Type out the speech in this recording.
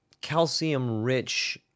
calcium-rich